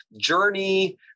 journey